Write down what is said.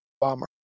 bomber